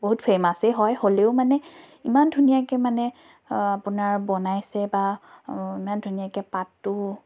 বহুত ফেমাছেই হয় হ'লেও মানে ইমান ধুনীয়াকৈ মানে আপোনাৰ বনাইছে বা ইমান ধুনীয়াকৈ পাতটো